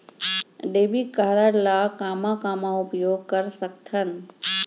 Debit card ला कामा कामा उपयोग कर सकथन?